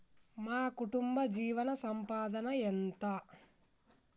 మా కుటుంబ జీవన సంపాదన ఎంత?